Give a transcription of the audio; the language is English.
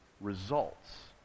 results